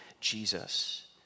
Jesus